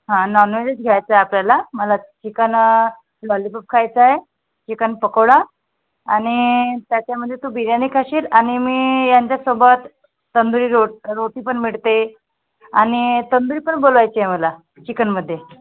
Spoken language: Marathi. हां नॉनव्हेजेच घ्यायचं आपल्याला मला चिकन लॉलीपॉप खायचं आहे चिकन पकोडा आणि त्याच्यामध्ये तू बिर्याणी खाशील आणि मी यांच्यासोबत तंदुरी रोट रोटी पण मिळते आणि तंदुरी पण बोलवायची आहे मला चिकनमध्ये